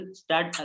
start